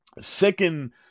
second